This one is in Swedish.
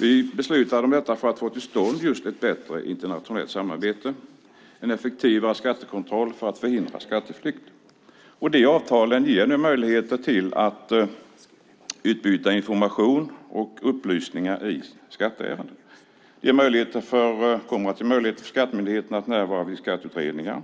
Vi beslutade om det för att få till stånd just ett bättre internationellt samarbete, en effektivare skattekontroll för att förhindra skatteflykt. De avtalen ger nu möjligheter att utbyta information och upplysningar i skatteärenden. Det kommer att ge möjlighet för skattemyndigheten att närvara vid skatteutredningar.